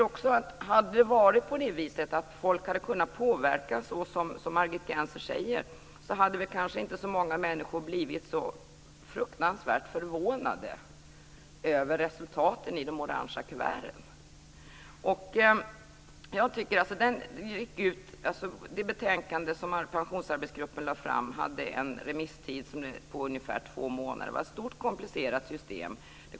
Om folk hade kunnat påverka så som Margit Gennser säger, hade kanske inte så många människor blivit så fruktansvärt förvånade över resultaten i de orange kuverten. Det betänkande som Pensionsarbetsgruppen lade fram hade en remisstid på ungefär två månader. Det var ett stort komplicerat system.